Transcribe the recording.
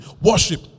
Worship